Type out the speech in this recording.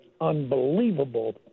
unbelievable